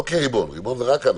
לא כריבון ריבון זה רק אנחנו,